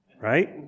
right